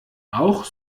auch